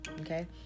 Okay